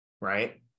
right